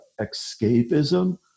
escapism